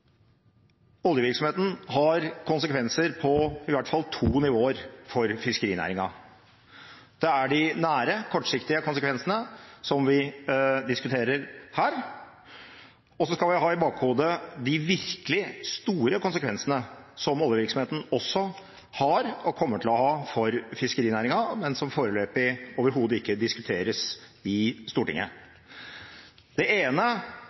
oljevirksomheten har konsekvenser på i hvert fall to nivåer for fiskerinæringen. Det er de nære, kortsiktige konsekvensene som vi diskuterer her, og så skal vi ha i bakhodet de virkelig store konsekvensene som oljevirksomheten også har – og kommer til å ha – for fiskerinæringen, men som foreløpig overhodet ikke diskuteres i Stortinget. Det ene